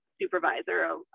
supervisor